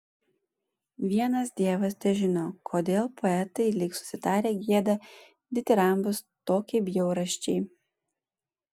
vienas dievas težino kodėl poetai lyg susitarę gieda ditirambus tokiai bjaurasčiai